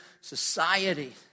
society